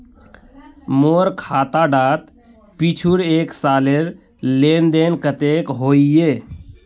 मोर खाता डात पिछुर एक सालेर लेन देन कतेक होइए?